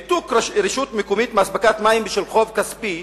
ניתוק רשות מקומית מאספקת מים בשל חוב כספי